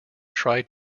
tried